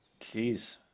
Jeez